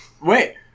wait